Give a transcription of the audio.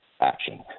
action